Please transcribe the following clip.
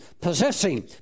possessing